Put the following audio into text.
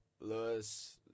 Louis